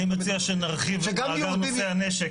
אני מציע שנרחיב את מאגר נושאי הנשק,